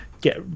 get